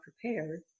prepared